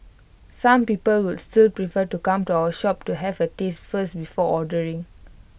some people would still prefer to come to our shop to have A taste first before ordering